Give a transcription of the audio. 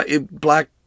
Black